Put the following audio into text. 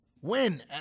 Win